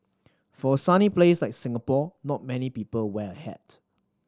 for a sunny place like Singapore not many people wear a hat